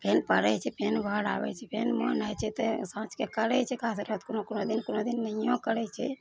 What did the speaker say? फेर पढ़ै छै फेर घर आबै छै फेर मोन होइ छै तऽ साँझके करै छै कसरत कोनो कोनो दिन कोनो दिन नहियो करै छै